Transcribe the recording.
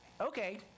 okay